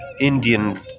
Indian